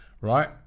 right